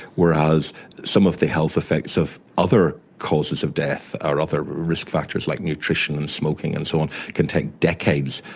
whereas some of the health effects of other causes of death or other risk factors like nutrition, smoking and so on can take decades.